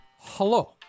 Hello